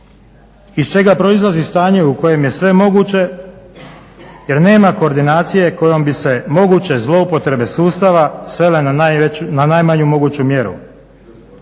iz čega proizlazi stanje u kojem je sve moguće jer nema koordinacije kojom bi se moguće zloupotrebe sustava svele na najmanju moguću mjeru.